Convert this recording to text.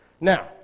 Now